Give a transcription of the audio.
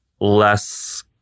less